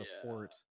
support